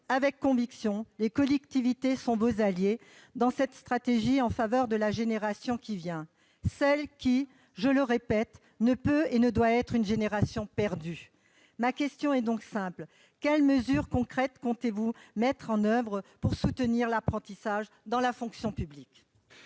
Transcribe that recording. avec conviction : les collectivités sont vos alliées dans cette stratégie en faveur de la génération qui vient, celle qui, je le répète, ne peut et ne doit être une génération perdue. Ma question est donc simple : quelles mesures concrètes comptez-vous mettre en oeuvre pour soutenir l'apprentissage dans la fonction publique ?